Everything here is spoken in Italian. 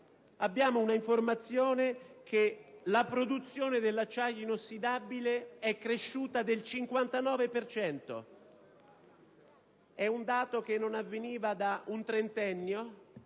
abbiamo l'informazione che la produzione dell'acciaio inossidabile è cresciuta del 59 per cento: è un dato che non si registrava da un trentennio.